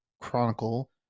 chronicle